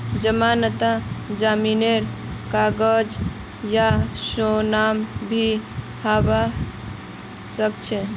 जमानतत जमीनेर कागज या सोना भी हबा सकछे